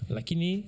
Lakini